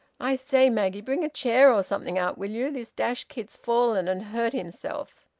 i say, maggie, bring a chair or something out, will you? this dashed kid's fallen and hurt himself.